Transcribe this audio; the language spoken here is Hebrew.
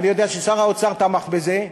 אני יודע ששר האוצר תמך בזה,